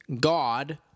God